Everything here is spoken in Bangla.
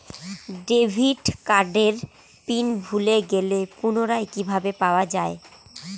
ডেবিট কার্ডের পিন ভুলে গেলে পুনরায় কিভাবে পাওয়া য়ায়?